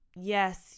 yes